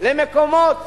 למקומות